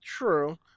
true